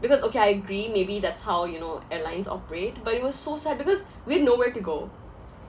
because okay I agree maybe that's how you know airlines operate but it was so sad because we have nowhere to go